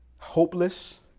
hopeless